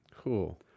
Cool